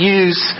use